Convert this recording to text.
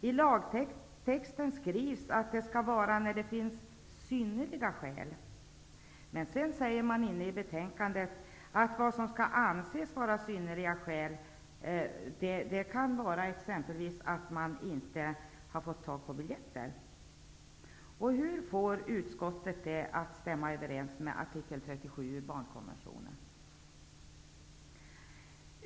I lagtexten skrivs att barnförvar kan komma i fråga när det finns synnerliga skäl, men i betänkandet säger man att ''synnerliga skäl'' kan vara exempelvis att man inte har fått tag på biljetter. Hur får utskottet det att stämma överens med artikel 37 i barnkonventionen?